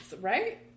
Right